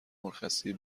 مرخصی